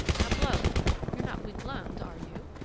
now blow you're not weak-lunged, are you?